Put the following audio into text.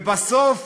ובסוף,